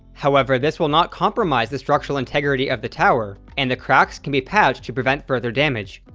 however this will not compromise the structural integrity of the tower and the cracks can be patched to prevent further damage.